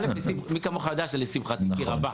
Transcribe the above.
מי כמוך יודע שזה לשמחתי כי רבה.